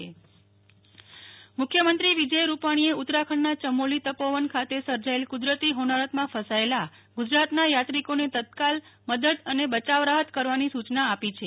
નેહ્લ ઠક્કર મુખ્યમંત્રી ઉત્તરાખંડ મુખ્યમંત્રી વિજય રૂપાણીએ ઉત્તરાખંડના યમોલી તપોવન ખાતે સર્જાયેલ કુદરતી હોનારતમાં ફસાયેલા ગુજરાતના યાત્રીકોને તત્કાળ મદદ અને બયાવ રાહત કરવાની સુચના આપી છે